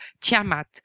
Tiamat